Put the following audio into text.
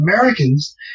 Americans